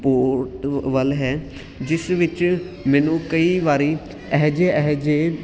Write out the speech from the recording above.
ਪੋਟਵੱਲ ਹੈ ਜਿਸ ਵਿੱਚ ਮੈਨੂੰ ਕਈ ਵਾਰੀ ਇਹੋ ਜਿਹੇ ਇਹੋ ਜਿਹੇ